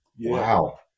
Wow